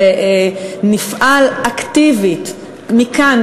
ונפעל אקטיבית מכאן,